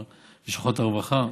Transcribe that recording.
מבחינת לשכות הרווחה.